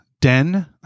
den